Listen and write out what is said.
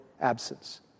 absence